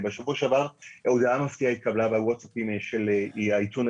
בשבוע שעבר הודעה מפתיעה התקבלה בווטסאפים של העיתונאים,